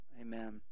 Amen